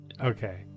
Okay